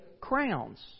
crowns